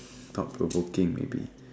thought-provoking maybe